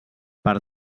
per